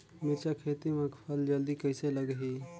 मिरचा खेती मां फल जल्दी कइसे लगही?